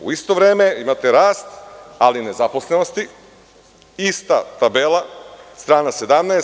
U isto vreme imate rast ali nezaposlenosti, ista tabela, strana 17